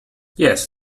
yes